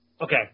Okay